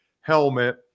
helmet